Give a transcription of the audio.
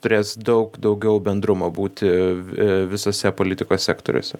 turės daug daugiau bendrumo būti visose politikos sektoriuose